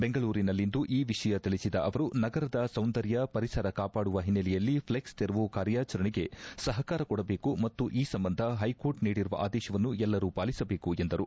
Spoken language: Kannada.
ಬೆಂಗಳೂರಿನಲ್ಲಿಂದು ಈ ವಿಷಯ ತಿಳಿಸಿದ ಅವರು ನಗರದ ಸೌಂದರ್ಯ ಪರಿಸರ ಕಾಪಾಡುವ ಹಿನ್ನೆಲೆಯಲ್ಲಿ ಫ್ಲೆಕ್ಸ್ ತೆರವು ಕಾರ್ಯಾಚರಣೆ ಸಹಕಾರ ಕೊಡಬೇಕು ಮತ್ತು ಈ ಸಂಬಂಧ ಹೈಕೋರ್ಟ್ ನೀಡಿರುವ ಆದೇಶವನ್ನು ಎಲ್ಲರೂ ಪಾಲಿಸಬೇಕು ಎಂದರು